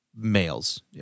males